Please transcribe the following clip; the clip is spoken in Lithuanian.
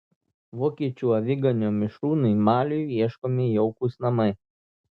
vokiečių aviganio mišrūnui maliui ieškomi jaukūs namai